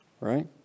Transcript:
Right